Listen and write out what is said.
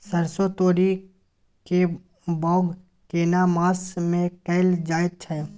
सरसो, तोरी के बौग केना मास में कैल जायत छै?